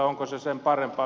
onko se sen parempi